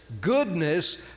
goodness